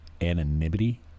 anonymity